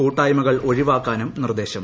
കൂട്ടായ്മകൾ ഒഴിവാക്കാനും നിർദ്ദേശം